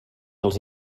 els